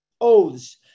oaths